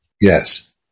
Yes